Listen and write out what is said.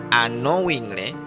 unknowingly